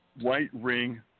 white-ring